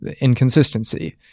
inconsistency